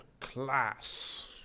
class